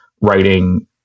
writing